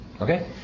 Okay